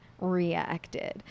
reacted